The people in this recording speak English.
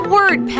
Word